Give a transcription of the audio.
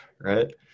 Right